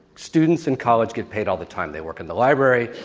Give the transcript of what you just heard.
students in college get paid all the time. they work in the library.